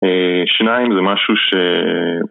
שיניים זה משהו ש...